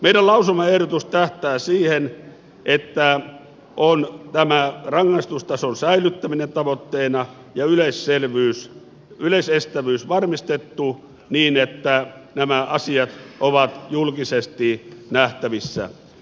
meidän lausumaehdotus tähtää siihen että on tämä rangaistustason säilyttäminen tavoitteena ja yleisestävyys varmistettu niin että nämä asiat ovat julkisesti nähtävissä